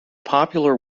popular